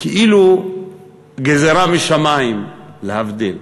כאילו גזירה משמים, להבדיל.